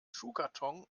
schuhkarton